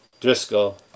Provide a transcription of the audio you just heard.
Driscoll